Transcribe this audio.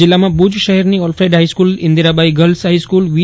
જિલ્લામાં ભુજ શહેરની અોલ્ફેડ ફાઈસ્કૂલ ઈન્દિરાબાઈ ગર્લ્સ ફાઈસ્કૂલ વી